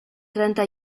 trenta